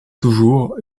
toujours